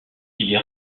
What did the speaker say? est